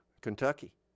Kentucky